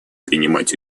принимать